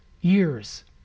years